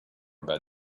about